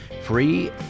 free